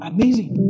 Amazing